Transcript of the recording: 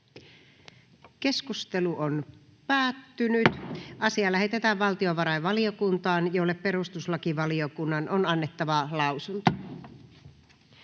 ehdottaa, että asia lähetetään valtiovarainvaliokuntaan, jolle perustuslakivaliokunnan on annettava lausunto.